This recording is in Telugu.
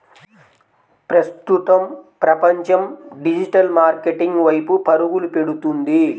ప్రస్తుతం ప్రపంచం డిజిటల్ మార్కెటింగ్ వైపు పరుగులు పెడుతుంది